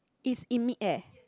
is in mid air